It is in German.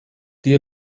die